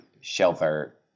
shelter